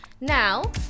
Now